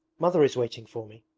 mother is waiting for me,